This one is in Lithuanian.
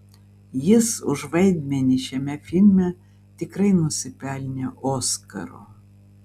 jis už vaidmenį šiame filme tikrai nusipelnė oskaro